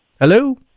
Hello